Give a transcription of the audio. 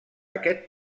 aquest